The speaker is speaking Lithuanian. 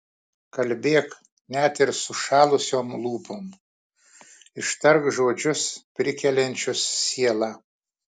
kalbėk net ir sušalusiom lūpom ištark žodžius prikeliančius sielą